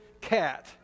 cat